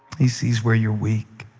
he sees where you're weak.